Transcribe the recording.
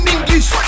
English